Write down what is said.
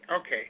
okay